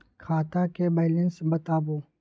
खाता के बैलेंस बताबू?